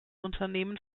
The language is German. unternehmen